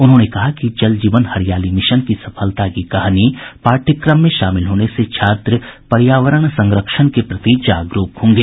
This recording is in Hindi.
उन्होंने कहा कि जल जीवन हरियाली मिशन की सफलता की कहानी पाठ्यक्रम में शामिल होने से छात्र पर्यावरण संरक्षण के प्रति जागरूक होंगे